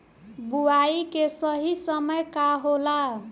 बुआई के सही समय का होला?